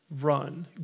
Run